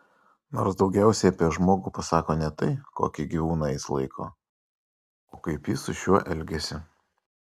nors daugiausiai apie žmogų pasako ne tai kokį gyvūną jis laiko o kaip jis su šiuo elgiasi